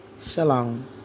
shalom